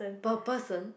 per person